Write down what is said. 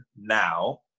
now